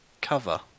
cover